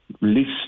list